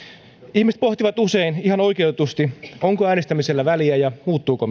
ihmiset pohtivat usein ihan oikeutetusti onko äänestämisellä väliä ja muuttuuko